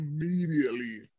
immediately